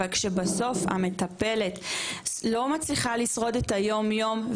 אבל כשבסוף המטפלת לא מצליחה לשרוד את היומיום,